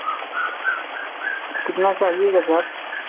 कितना चाहिएगा सर